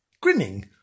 grinning